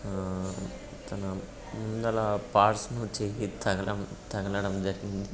తన ముందర పార్ట్స్ను చేయి తగలడం తగలడం జరిగింది